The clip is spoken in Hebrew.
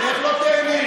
איך לא תיהני?